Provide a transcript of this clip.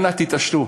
אנא תתעשתו.